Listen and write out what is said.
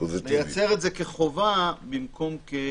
לייצר את זה כחובה במקום כאפשרות.